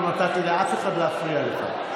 לא נתתי לאף אחד להפריע לך.